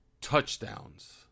touchdowns